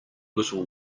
little